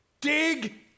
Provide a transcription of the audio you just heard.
dig